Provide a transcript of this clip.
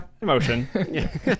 emotion